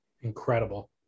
Incredible